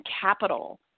capital